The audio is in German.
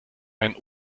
ein